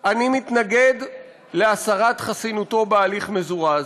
אני מתנגד להסרת חסינותו בהליך מזורז.